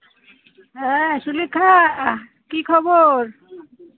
হ্যাঁ সুলেখা কী খবর